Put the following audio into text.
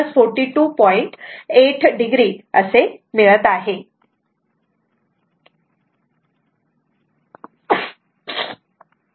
8 o V असे येईल